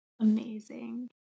Amazing